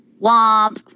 Womp